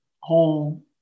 whole